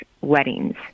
weddings